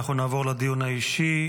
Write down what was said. אנחנו נעבור לדיון האישי.